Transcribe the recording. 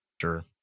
sure